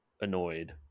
annoyed